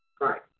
Right